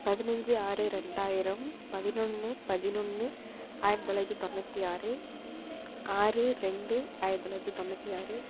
பதினஞ்சி ஆறு ரெண்டாயிரம் பதினொன்று பதினொன்று ஆயிரத்தி தொள்ளாயிரத்தி தொண்ணூற்றி ஆறு ஆறு ரெண்டு ஆயிரத்தி தொள்ளாயிரத்தி தொண்ணூற்றி ஆறு